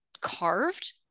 carved